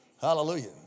Hallelujah